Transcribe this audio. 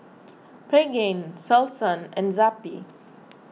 Pregain Selsun and Zappy